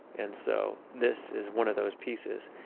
and so this is one of those pieces.